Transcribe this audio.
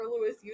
Lewis